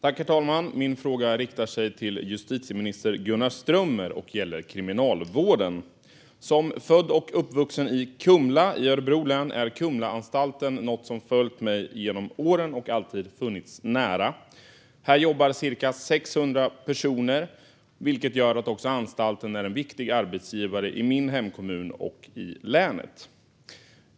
Herr talman! Min fråga riktar sig till justitieminister Gunnar Strömmer och gäller kriminalvården. För mig som är född och uppvuxen i Kumla i Örebro län är Kumlaanstalten något som följt mig genom åren och alltid funnits nära. Här jobbar cirka 600 personer, vilket gör att anstalten är en viktig arbetsgivare i min hemkommun och i länet.